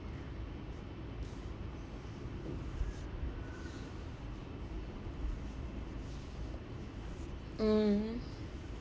mm